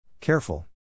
Careful